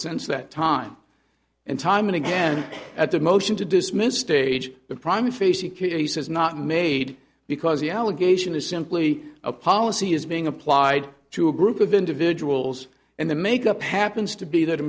since that time and time and again at the motion to dismiss stage the prime facie case is not made because the allegation is simply a policy is being applied to a group of individuals and the makeup happens to be that